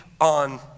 on